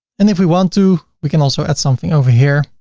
and if we want to, we can also add something over here.